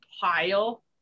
pile